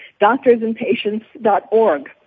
doctorsandpatients.org